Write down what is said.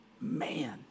Man